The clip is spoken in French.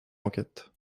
enquête